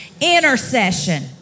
intercession